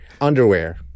underwear